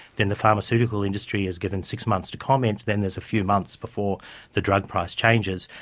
then the pharmaceutical industry is given six months to comment, then there's a few months before the drug price changes.